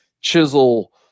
chisel